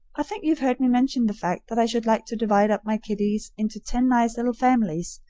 i think you've heard me mention the fact that i should like to divide up my kiddies into ten nice little families,